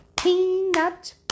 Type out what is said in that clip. Peanut